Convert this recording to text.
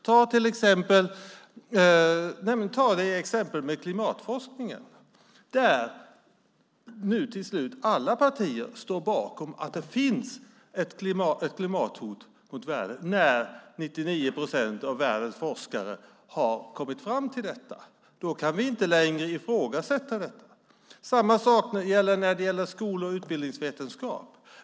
När det gäller till exempel klimatforskningen står nu till slut alla partier bakom att det finns ett klimathot mot världen efter att 99 procent av världens forskare har kommit fram till det. Då kan vi inte längre ifrågasätta det. Samma sak gäller skol och utbildningsvetenskap.